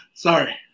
sorry